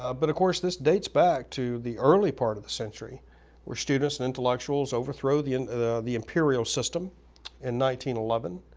um but of course, this dates back to the early part of the century where students and intellectuals overthrow the and the imperial system and eleven.